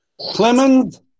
Clemens